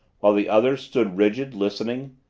while the others stood rigid, listening.